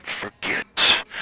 forget